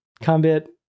Combat